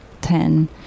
ten